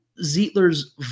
Zietler's